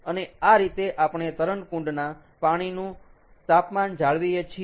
અને આ રીતે આપણે તરંગકુંડના પાણીનું તાપમાન જાળવીએ છીએ